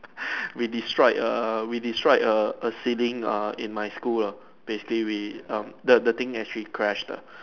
we destroy a we destroy a a ceiling uh in my school lah basically we um the the thing actually crash lah